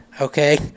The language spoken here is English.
okay